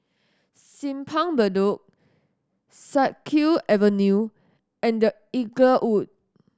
Simpang Bedok Siak Kew Avenue and The Inglewood